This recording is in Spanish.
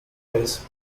vez